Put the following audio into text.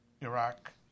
Iraq